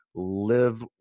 Live